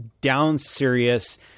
down-serious